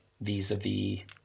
vis-a-vis